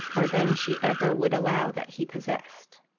or than she ever would allow that he possessed.